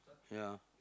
ya